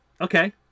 Okay